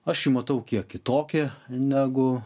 aš jį matau kiek kitokį negu